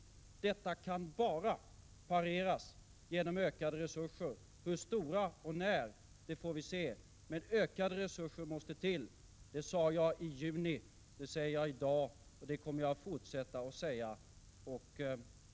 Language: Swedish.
Detta kan bara pareras genom ökade resurser — hur stora och när får vi se, men ökade resurser måste till. Det sade jag i juni. Det säger jag i dag. Och det kommer jag att fortsätta att säga.